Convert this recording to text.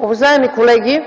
Уважаеми колеги,